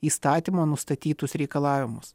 įstatymo nustatytus reikalavimus